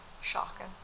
shocking